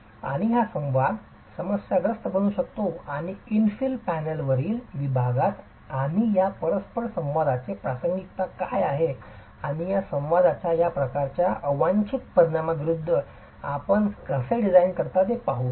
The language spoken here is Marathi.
आणि हा संवाद समस्याग्रस्त बनू शकतो आणि इन्फिल पॅनेलवरील विभागात आम्ही या परस्परसंवादाचे प्रासंगिकता काय आहे आणि या संवादाच्या या प्रकारच्या अवांछित परिणामाविरूद्ध आपण कसे डिझाइन करता ते पाहू